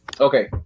Okay